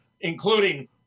including